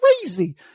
crazy